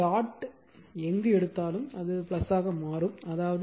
எனவே டாட் எதை எடுத்தாலும் அது ஆக மாறும்